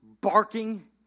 barking